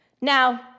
Now